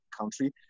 country